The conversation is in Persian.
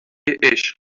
عشق